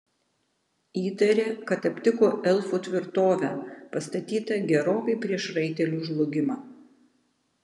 įtarė kad aptiko elfų tvirtovę pastatytą gerokai prieš raitelių žlugimą